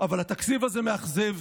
אבל התקציב הזה מאכזב,